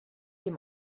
dem